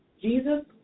Jesus